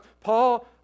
Paul